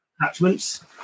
attachments